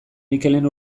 mikelen